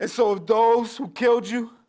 and so those who killed you